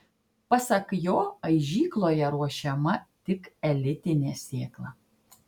pasak jo aižykloje ruošiama tik elitinė sėkla